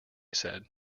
said